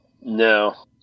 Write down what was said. No